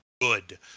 good